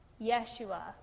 Yeshua